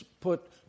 put